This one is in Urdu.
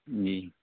جی